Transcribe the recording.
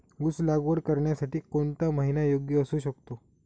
ऊस लागवड करण्यासाठी कोणता महिना योग्य असू शकतो?